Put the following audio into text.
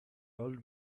old